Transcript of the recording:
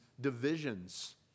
divisions